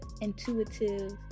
intuitive